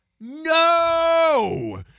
No